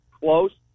close